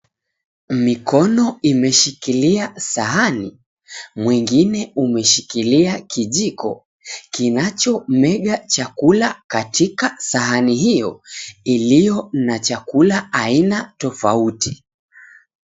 Mikono imeshikilia sahani mwengine umeshikilia kijiko kinacho mega chakula katika sahani hiyo iliyo na chakula aina tofauti.